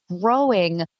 growing